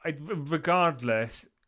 regardless